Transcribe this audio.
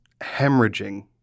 hemorrhaging